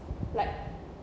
like